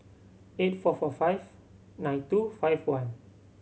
eight four four five nine two five one